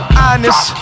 honest